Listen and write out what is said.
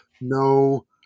no